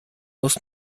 muss